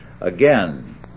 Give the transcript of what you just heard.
Again